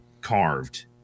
Carved